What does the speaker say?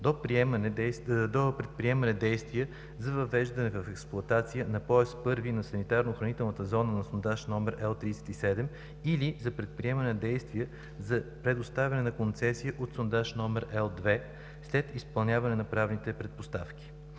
до предприемане на действия за въвеждане в експлоатация на пояс първи на санитарно-охранителната зона на сондаж № Л-37 или за предприемане действия за предоставяне на концесия от сондаж № Л-2 след изпълняване на правните предпоставки.